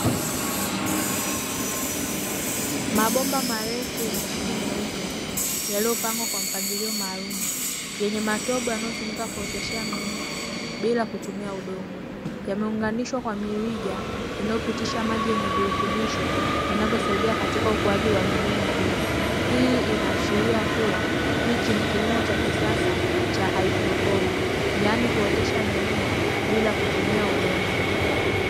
Mabomba marefu yenye rangi nyeupe yaliopangwa kwa mpangilio maalumu yenye matobo yanayotumika kuoteshea mimea bila kutumia udongo. Yameunganishwa kwa mirija inayopitisha maji yenye virutubisho vinavyo saidia katika ukuaji wa mimea hiyo. Hii inaashiria kuwa hichi ni kilimo cha kisasa cha haidroponi, yaani kuotesha mimea bila kutumia udongo.